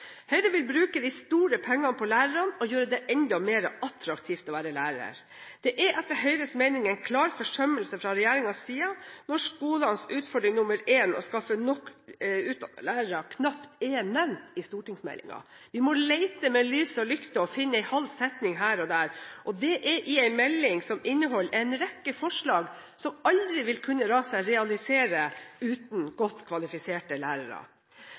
Høyre vil bruke de store pengene på lærerne og gjøre det enda mer attraktivt å være lærer. Det er etter Høyres mening en klar forsømmelse fra regjeringens side når skolenes utfordring nr. 1, å skaffe nok utdannede lærere, knapt er nevnt i stortingsmeldingen. Vi må lete med lys og lykte for å finne en halv setning her og der, og det i en melding som inneholder en rekke forslag som aldri vil kunne la seg realisere uten godt kvalifiserte lærere.